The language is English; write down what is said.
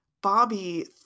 Bobby